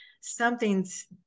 something's